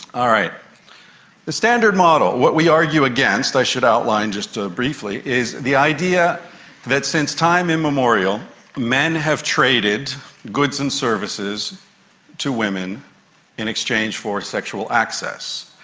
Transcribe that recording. the standard model, what we argue against, i should outline just briefly, is the idea that since time immemorial men have traded goods and services to women in exchange for sexual access.